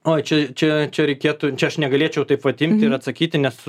o čia čia čia reikėtų čia aš negalėčiau taip vat imti ir atsakyti nes